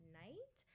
night